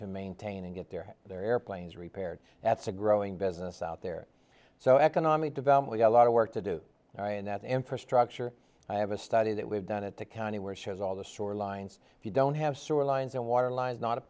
to maintain and get their their airplanes repaired that's a growing business out there so economic development a lot of work to do there and that infrastructure i have a study that we've done at the county where shows all the shorelines if you don't have sore lines and water lines not